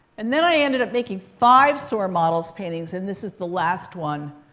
and then, i ended up making five sore models paintings. and this is the last one.